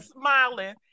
smiling